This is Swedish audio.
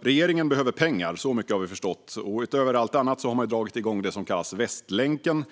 Regeringen behöver pengar - så mycket har vi förstått. Utöver allt annat har man dragit igång det som kallas Västlänken,